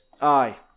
aye